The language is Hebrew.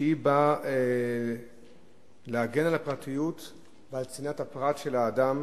שבאה להגן על הפרטיות ועל צנעת הפרט של האדם